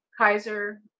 Kaiser